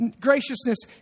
graciousness